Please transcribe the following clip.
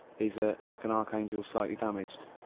he's er, lik an arc angel slightly damaged,